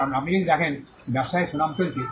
কারণ আপনি যদি দেখেন যে ব্যবসায়ে সুনাম চলছে